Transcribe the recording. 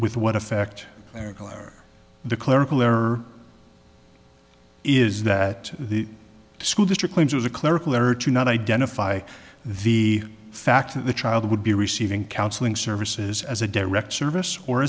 with what effect the clerical error is that the school district claims was a clerical error to not identify the fact that the child would be receiving counseling services as a direct service or